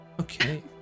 Okay